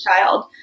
child